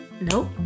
Nope